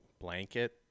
blanket